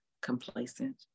complacent